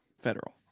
federal